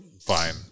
fine